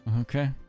Okay